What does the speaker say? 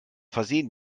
versehen